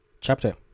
chapter